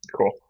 Cool